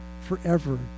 forever